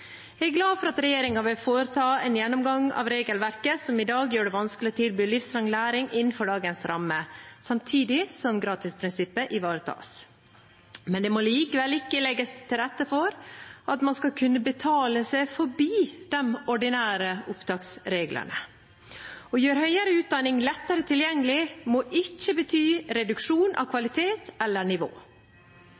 Jeg er glad for at regjeringen vil foreta en gjennomgang av regelverket, som gjør det vanskelig å tilby livslang læring innenfor dagens rammer, samtidig som gratisprinsippet ivaretas. Men det må likevel ikke legges til rette for at man skal kunne betale seg forbi de ordinære opptaksreglene. Å gjøre høyere utdanning lettere tilgjengelig må ikke bety reduksjon av